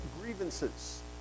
grievances